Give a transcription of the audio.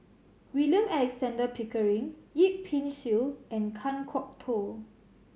William Alexander Pickering Yip Pin Xiu and Kan Kwok Toh